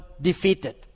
defeated